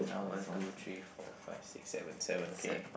one two three four five six seven seven okay